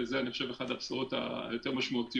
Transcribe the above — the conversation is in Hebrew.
וזה אני חושב אחת הבשורות היותר משמעותיות,